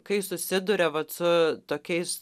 kai susiduria vat su tokiais